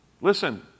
Listen